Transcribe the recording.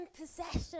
possession